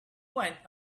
went